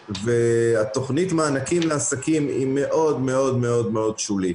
תוכנית המענקים לעסקים היא מאוד מאוד מאוד שולית.